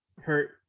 hurt